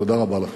תודה רבה לכם.